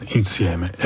insieme